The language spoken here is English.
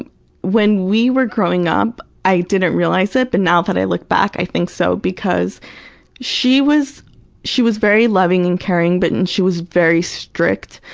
when we were growing up i didn't realize it, but now that i look back, i think so because she was she was very loving and caring, but and she was very strict.